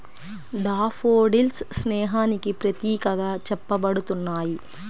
daffodils స్నేహానికి ప్రతీకగా చెప్పబడుతున్నాయి